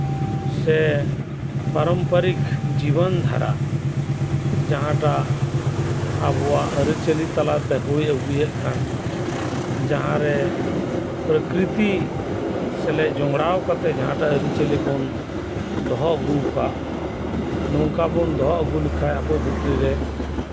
ᱥᱮ ᱯᱟᱨᱚᱢ ᱯᱟᱨᱤᱠ ᱡᱤᱵᱚᱱ ᱫᱷᱟᱨᱟ ᱡᱟᱸᱦᱟᱴᱟᱜ ᱟᱵᱚᱣᱟᱜ ᱟᱹᱨᱤᱪᱟᱹᱞᱤ ᱛᱟᱞᱟᱛᱮ ᱦᱩᱭ ᱟᱹᱜᱩᱭᱮᱫ ᱠᱟᱱ ᱡᱟᱸᱦᱟᱨᱮ ᱯᱨᱚᱠᱤᱨᱛᱤ ᱥᱮ ᱡᱚᱢᱲᱟᱣ ᱠᱟᱛᱮᱜ ᱡᱟᱸᱦᱟᱴᱟᱜ ᱟᱹᱨᱤᱪᱟᱹᱞᱤ ᱵᱚᱱ ᱫᱚᱦᱚ ᱱᱚᱝᱠᱟ ᱵᱚᱱ ᱫᱚᱦᱚ ᱟᱹᱜᱩ ᱞᱮᱠᱷᱟᱡ ᱟᱵᱚ ᱵᱷᱤᱛᱨᱤ ᱨᱮ